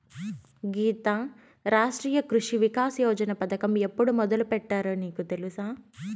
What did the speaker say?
గీతా, రాష్ట్రీయ కృషి వికాస్ యోజన పథకం ఎప్పుడు మొదలుపెట్టారో నీకు తెలుసా